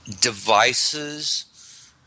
Devices